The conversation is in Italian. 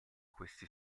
questi